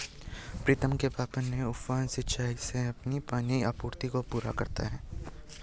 प्रीतम के पापा ने उफान सिंचाई से अपनी पानी की आपूर्ति को पूरा करते हैं